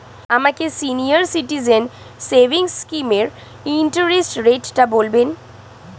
আমাকে senior citizen savings স্কিমের interest রেটটা বলবেন